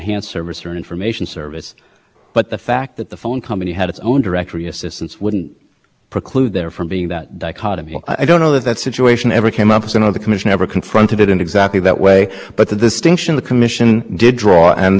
occasions association case that we cite in pay i think on page thirty eight of our brief is that when there were capabilities that were supporting a normal telephone call like directory assistance or speed dialing where there'd be a database somewhere which w